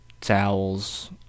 towels